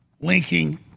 linking